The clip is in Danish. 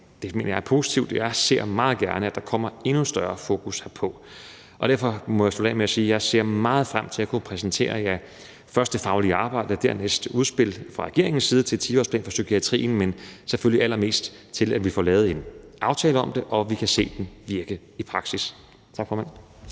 mener jeg er positivt, og jeg ser meget gerne, at der kommer et endnu større fokus herpå. Derfor må jeg slutte af med at sige, at jeg ser meget frem til at kunne præsentere først det faglige arbejde og dernæst et udspil fra regeringens side til en 10-årsplan for psykiatrien, men selvfølgelig allermest til, at vi får lavet en aftale om det, og at vi kan se den virke i praksis. Tak, formand.